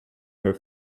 her